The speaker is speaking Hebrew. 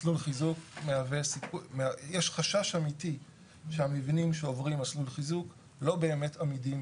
מסלול חיזוק יש חשש אמיתי שהמבנים שעוברים מסלול חיזוק לא באמת עמידים